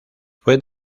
fue